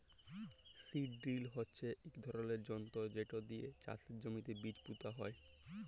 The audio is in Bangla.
সিড ডিরিল হচ্যে ইক ধরলের যনতর যেট দিয়ে চাষের জমিতে বীজ পুঁতা হয়